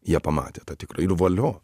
jie pamatė tą tikrą ir valio